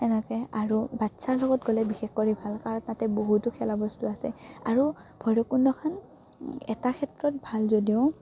এনেকে আৰু বাচ্ছাৰ লগত গ'লে বিশেষ কৰি ভাল কাৰণ তাতে বহুতো খেলা বস্তু আছে আৰু ভৈৰৱকুণ্ডখন এটা ক্ষেত্ৰত ভাল যদিও